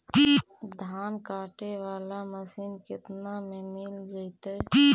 धान काटे वाला मशीन केतना में मिल जैतै?